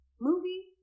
movie